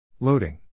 Loading